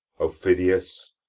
aufidius,